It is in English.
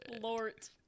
Lord